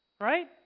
right